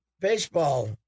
Baseball